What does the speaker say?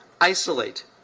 isolate